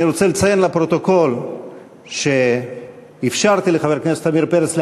אני רוצה לציין לפרוטוקול שאפשרתי לחבר הכנסת עמיר פרץ להמשיך,